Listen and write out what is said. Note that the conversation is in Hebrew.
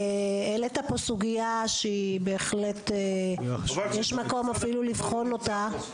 העלית פה סוגיה שבהחלט יש מקום אפילו לבחון אותה.